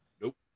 Nope